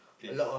place